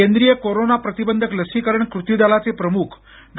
केंद्रीय कोरोना प्रतिबंधक लसीकरण कृती दलाचे प्रमुख डॉ